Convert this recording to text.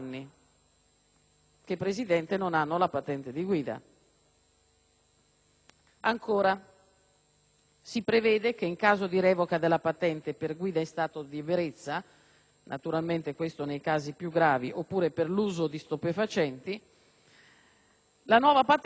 Ancora. Si prevede che, in caso di revoca della patente per guida in stato di ebbrezza (naturalmente nei casi più gravi) o per uso di stupefacenti, la nuova patente possa essere concessa solo dopo almeno cinque anni.